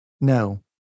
no